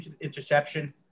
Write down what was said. interception